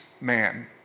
man